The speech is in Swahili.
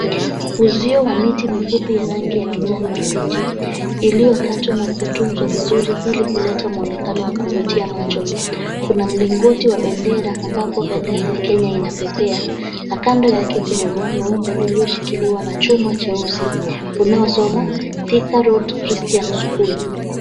Uzio wa miti mifupi ya rangi ya kijaani kibichi iliyokatwa na kutunzwa vizuri ili kuleta muonekano wa kuvutia macho. Kuna mlingoti wa bendera ambapo bendera ya Kenya inapepea na kando yake kuna ubao mweupe ulioshikiliwa na chuma cheusi unaosoma Thika Road Christian School .